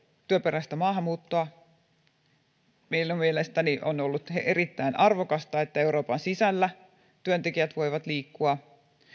työperäistä maahanmuuttoa minun mielestäni on ollut erittäin arvokasta että euroopan sisällä työntekijät voivat liikkua